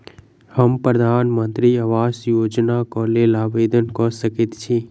हम प्रधानमंत्री आवास योजना केँ लेल आवेदन कऽ सकैत छी?